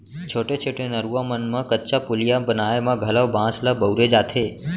छोटे छोटे नरूवा मन म कच्चा पुलिया बनाए म घलौ बांस ल बउरे जाथे